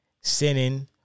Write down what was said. sinning